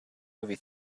movie